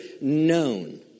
known